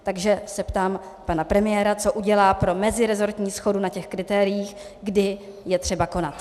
Takže se ptám pana premiéra, co udělá pro meziresortní shodu na těch kritériích, kdy je třeba konat.